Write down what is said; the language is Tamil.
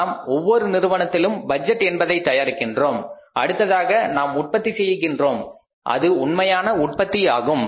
நாம் ஒவ்வொரு நிறுவனத்திலும் பட்ஜெட் என்பதை தயாரிக்கின்றோம் அடுத்ததாக நாம் உற்பத்தி செய்ய செல்கின்றோம் அது உண்மையான உற்பத்தி ஆகும்